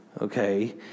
okay